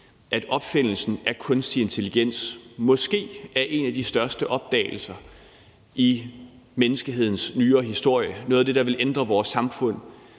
For opfindelsen af kunstig intelligens er måske en af de største opdagelser i menneskehedens nyere historie, noget af det, der vil ændre vores samfund